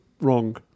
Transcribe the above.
Wrong